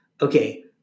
Okay